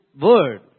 word